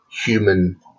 human